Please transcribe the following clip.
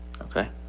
okay